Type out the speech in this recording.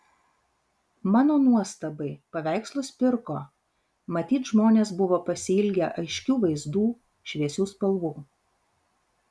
mano nuostabai paveikslus pirko matyt žmonės buvo pasiilgę aiškių vaizdų šviesių spalvų